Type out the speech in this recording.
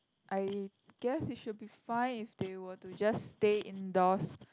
I guess it should be fine if they were to just stay indoors